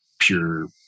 pure